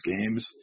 games